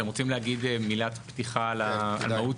אתם רוצים להגיד מילת פתיחה על מהות